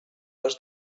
les